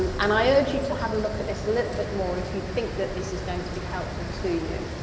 and and i urge you to have a look at this a little bit more if you think that this is going to be helpful to you.